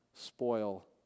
spoil